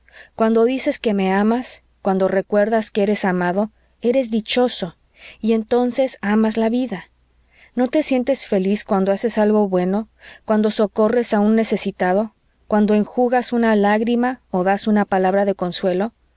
cuando dices que me amas cuando recuerdas que eres amado eres dichoso y entonces amas la vida no te sientes feliz cuando haces algo bueno cuando socorres a un necesitado cuando enjugas una lágrima o das una palabra de consuelo